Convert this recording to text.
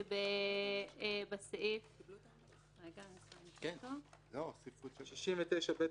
שבסעיף --- בסעיף 69ב11(ה)